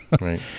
right